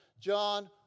John